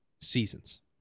seasons